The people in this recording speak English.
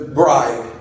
bride